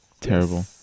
terrible